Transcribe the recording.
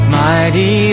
mighty